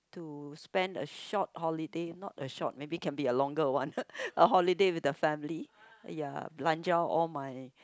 to spend a short holiday not a short maybe can be a longer one a holiday with the family ya belanja all my